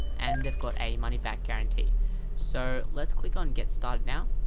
and they've got a money back guarantee so let's click on get started now!